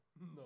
no